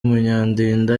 munyandinda